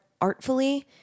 artfully